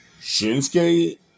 Shinsuke